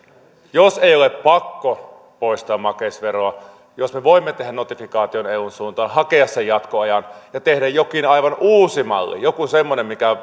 jos ei ole pakko poistaa makeisveroa ja jos me voimme tehdä notifikaation eun suuntaan hakea sen jatkoajan ja tehdä jonkin aivan uuden mallin jonkun semmoisen mikä